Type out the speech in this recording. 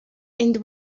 and